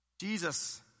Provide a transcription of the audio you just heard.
Jesus